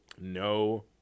no